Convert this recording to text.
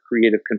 creative